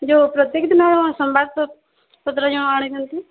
ଯେଉଁ ପ୍ରତ୍ୟେକ ଦିନ ସମ୍ବାଦ ପତ୍ର ଯେଉଁ ଆଣୁଛନ୍ତି